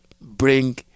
bring